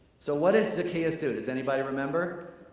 so what does zacchaeus do, does anybody remember?